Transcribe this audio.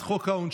לוועדת החוקה,